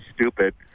stupid